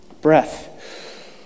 Breath